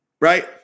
right